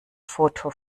foto